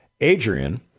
Adrian